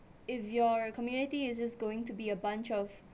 if your community is just going to be a bunch of